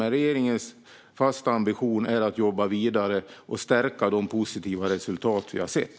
Men regeringens fasta ambition är att jobba vidare och stärka de positiva resultat vi har sett.